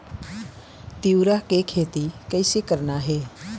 तिऊरा के खेती कइसे करना हे?